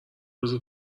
بزار